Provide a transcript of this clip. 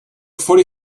forty